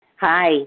Hi